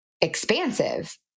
expansive